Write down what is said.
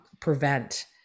prevent